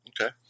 Okay